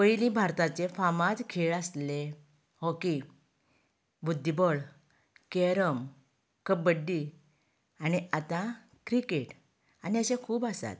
पयलीं भारताचें फामाद खेळ आसलें हॉकी बुध्दीबळ कॅरम कब्बडी आनी आतां क्रिकेट आनी अशें खूब खेळ आसात